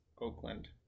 Oakland